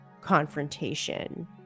confrontation